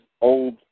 old